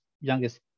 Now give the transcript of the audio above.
youngest